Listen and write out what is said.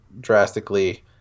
drastically